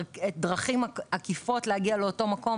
דרכים עקיפות להגיע לאותו מקום